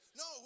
no